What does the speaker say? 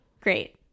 Great